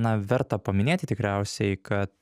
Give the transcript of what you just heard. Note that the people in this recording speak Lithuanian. na verta paminėti tikriausiai kad